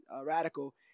radical